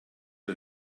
der